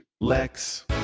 Lex